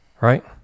Right